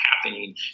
happening